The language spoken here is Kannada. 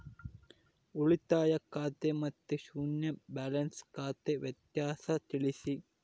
ಉಳಿತಾಯ ಖಾತೆ ಮತ್ತೆ ಶೂನ್ಯ ಬ್ಯಾಲೆನ್ಸ್ ಖಾತೆ ವ್ಯತ್ಯಾಸ ತಿಳಿಸಿ?